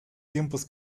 tiempos